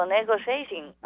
negotiating